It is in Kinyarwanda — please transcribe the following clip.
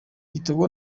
kitoko